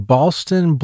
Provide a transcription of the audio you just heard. Boston